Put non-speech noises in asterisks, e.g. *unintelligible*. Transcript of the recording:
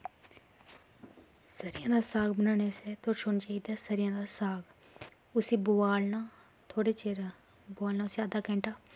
सरेआं दा साग बनाने आस्तै तुस *unintelligible* चुनो सरेआं दा साग उसी बोआलना थोह्ड़े चिर बोआलना उसी अद्धा घैंटा